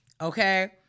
Okay